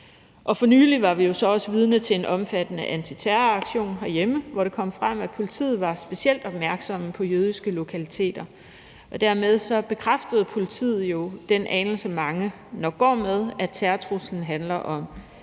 For nylig var vi jo så også vidne til en omfattende antiterroraktion herhjemme, hvor det kom frem, at politiet var specielt opmærksomme på jødiske lokaliteter, og dermed bekræftede politiet den anelse, som mange nok går med, nemlig at terrortruslen handler om